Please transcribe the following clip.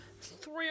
three